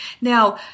now